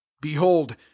behold